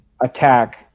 attack